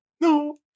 no